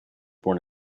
born